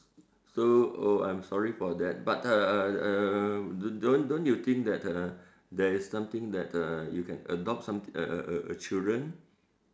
so oh I'm sorry for that but uh don't don't you think that uh there is something that uh you can adopt some err children